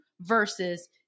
versus